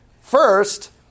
first